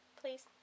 Please